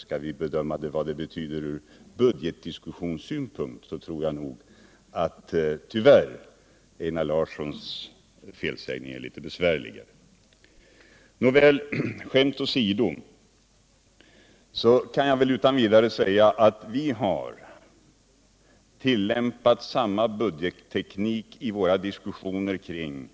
Skall vi bedöma vad det betyder ur budgetdiskussionssynpunkt tror jag att Einar Larssons felsägning är betydligt besvärligare. Nåväl, skämt åsido, kan jag utan vidare säga att vi har tillämpat samma budgetteknik i våra diskussioner kring